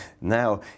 now